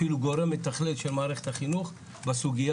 אפילו גורם מתכלל של מערכת החינוך בסוגיה